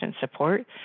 support